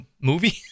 movie